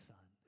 Son